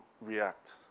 react